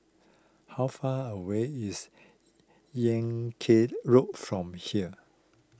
how far away is Yan Kit Road from here